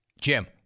Jim